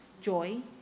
Joy